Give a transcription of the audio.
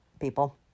people